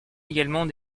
également